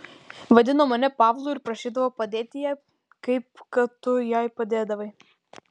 vadino mane pavlu ir prašydavo padėti jai kaip kad tu jai padėdavai